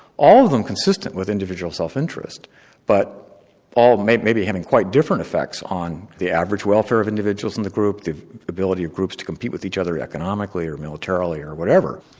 all of them consistent with individual self interest but all maybe maybe having quite different effects on the average welfare of individuals in the group, the ability of groups to compete with each other economically or militarily or whatever.